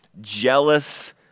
jealous